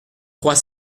trois